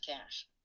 cash